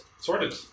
Sorted